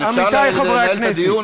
אפשר לאפשר לנהל את הדיון,